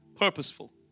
purposeful